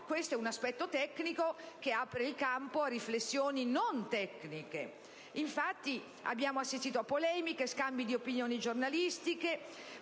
Questo è però un aspetto tecnico, che apre il campo a riflessioni non tecniche. Infatti, abbiamo assistito a polemiche, scambi di opinioni giornalistiche,